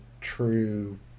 true